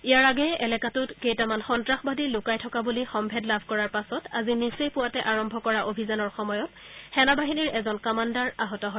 ইয়াৰ আগেয়ে এলেকাটোত কেইটামান সন্তাসবাদী লুকাই থকা বুলি সম্ভেদ লাভ কৰাৰ পাছত আজি নিচেই পুৱাতে আৰম্ভ কৰা অভিযানৰ সময়ত সেনাবাহিনীৰ এজন কমাণ্ডাৰ আহত হয়